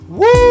Woo